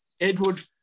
Edward